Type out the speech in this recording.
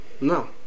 No